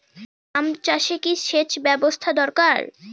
আম চাষে কি সেচ ব্যবস্থা দরকার?